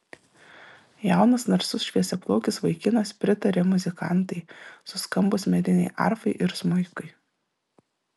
jaunas narsus šviesiaplaukis vaikinas pritarė muzikantai suskambus medinei arfai ir smuikui